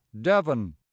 devon